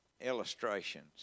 illustrations